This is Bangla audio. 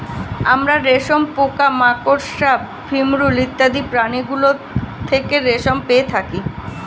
আমরা রেশম পোকা, মাকড়সা, ভিমরূল ইত্যাদি প্রাণীগুলো থেকে রেশম পেয়ে থাকি